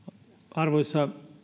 arvoisa